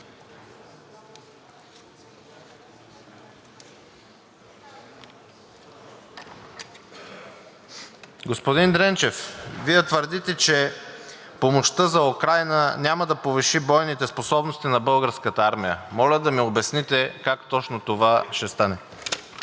Господин Дренчев, Вие твърдите, че помощта за Украйна няма да повиши бойните способности на Българската армия. Моля да ми обясните това как точно ще стане.